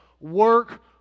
work